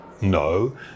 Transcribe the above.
No